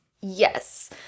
Yes